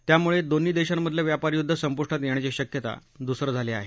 त्यामुळे दोन्ही देशांमधलं व्यापार युद्ध संपुष्टात येण्याची शक्यता धूसर झाली आहे